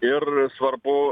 ir svarbu